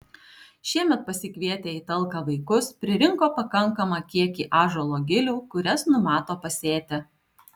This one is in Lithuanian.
šiemet pasikvietę į talką vaikus pririnko pakankamą kiekį ąžuolo gilių kurias numato pasėti